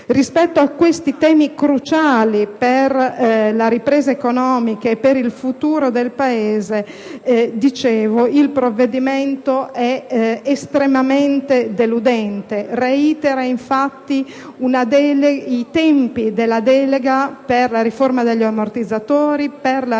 Rispetto a questi temi cruciali per la ripresa economica e per il futuro del Paese, il provvedimento è estremamente deludente: reitera, infatti, i tempi della delega per la riforma degli ammortizzatori e